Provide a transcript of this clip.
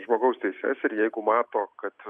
žmogaus teises ir jeigu mato kad